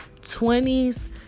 20s